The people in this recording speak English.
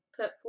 put